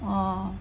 ah